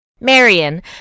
Marion